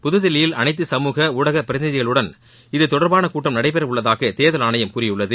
புததில்லியில் அனைத்து சமூக ஊடக பிரதிநிதிகளுடன் இதுதொடர்பாக கூட்டம் நடைபெற உள்ளதாக தேர்தல் ஆணையம் கூறியுள்ளது